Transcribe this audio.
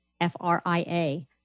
F-R-I-A